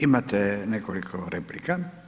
Imate nekoliko replika.